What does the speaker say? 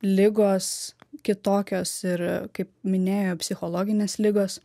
ligos kitokios ir kaip minėjo psichologinės ligos